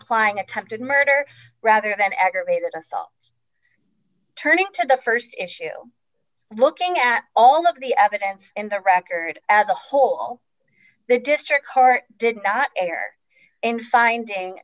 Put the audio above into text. applying attempted murder rather than aggravated assaults turning to the st issue looking at all of the evidence in the record as a whole the district court did not err in finding